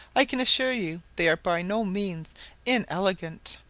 i can assure you, they are by no means inelegant.